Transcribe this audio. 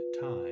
time